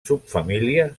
subfamília